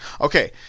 Okay